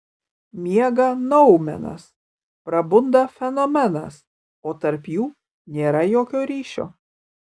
miega noumenas prabunda fenomenas o tarp jų nėra jokio ryšio